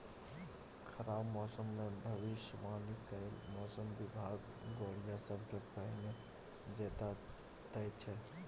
खराब मौसमक भबिसबाणी कए मौसम बिभाग गोढ़िया सबकेँ पहिने चेता दैत छै